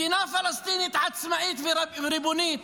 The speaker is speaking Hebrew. מדינה פלסטינית עצמאית וריבונית